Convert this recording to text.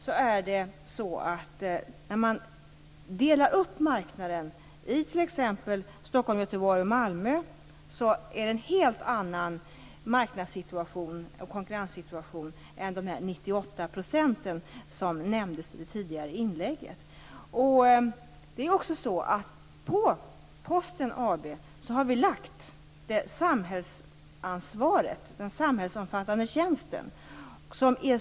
Då marknaden delas upp i t.ex. Stockholm, Göteborg och Malmö, är konkurrenssituationen helt annan än de 98 % som nämndes i det tidigare inlägget. Samhällsansvaret, den samhällsomfattande tjänsten, har lagts på Posten AB.